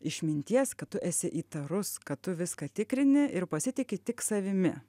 išminties kad tu esi įtarus kad tu viską tikrini ir pasitiki tik savimi